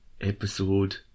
episode